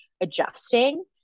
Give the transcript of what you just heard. adjusting